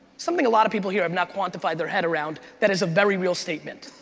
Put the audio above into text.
something a lot of people here have not quantified their head around that is a very real statement,